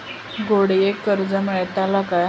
गाडयेक कर्ज मेलतला काय?